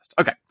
Okay